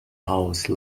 house